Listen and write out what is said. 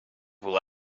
will